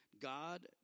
God